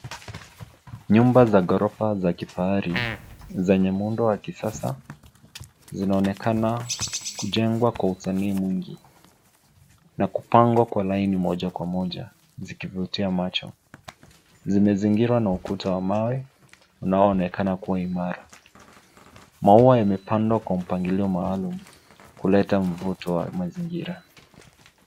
Nyumba za ghorofa za kifahari zenye muundo wa kisasa zinaonekana kujengwa kwa usanii mwingi na kupangwa kwa laini moja kwa moja zikivutia macho. Zimezingirwa na ukuta wa mawe unaoonekana kuwa imara. Maua yamepandwa kwa mpangilio maalum, kuleta mvuto wa mazingira.